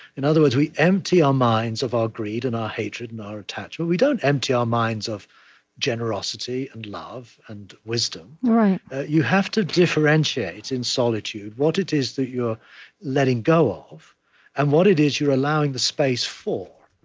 in other words, we empty our minds of our greed and our hatred and our attachment we don't empty our minds of generosity and love and wisdom. you have to differentiate, in solitude, what it is that you are letting go of and what it is you are allowing the space for.